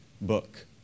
book